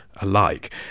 alike